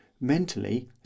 mentally